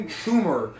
tumor